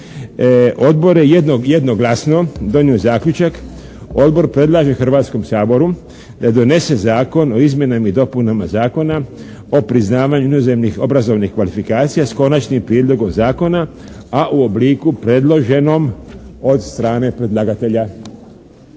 odbor je jednoglasno donio zaključak. Odbor predlaže Hrvatskom saboru da donese Zakon o izmjenama i dopunama Zakona o priznavanju inozemnih obrazovnih kvalifikacija s konačnim prijedlogom zakona a u obliku predloženom od strane predlagatelja.